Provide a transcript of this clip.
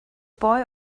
boy